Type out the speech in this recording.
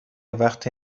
وقتی